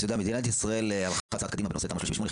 מדינת ישראל הלכה צעד קדימה בנושא תמ"א 38,